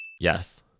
Yes